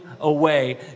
away